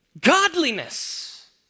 godliness